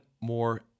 more